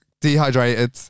dehydrated